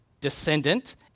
descendant